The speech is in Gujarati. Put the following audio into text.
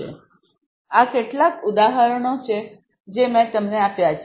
તેથી આ કેટલાક ઉદાહરણો છે જે મેં તમને આપ્યા છે